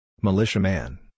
Militiaman